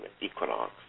equinox